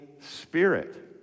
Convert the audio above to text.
Spirit